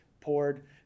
poured